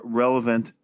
relevant